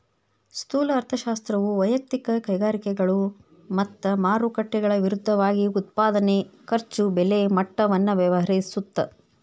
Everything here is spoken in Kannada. ಸ್ಥೂಲ ಅರ್ಥಶಾಸ್ತ್ರವು ವಯಕ್ತಿಕ ಕೈಗಾರಿಕೆಗಳು ಮತ್ತ ಮಾರುಕಟ್ಟೆಗಳ ವಿರುದ್ಧವಾಗಿ ಉತ್ಪಾದನೆ ಖರ್ಚು ಬೆಲೆ ಮಟ್ಟವನ್ನ ವ್ಯವಹರಿಸುತ್ತ